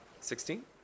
Sixteen